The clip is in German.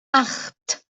acht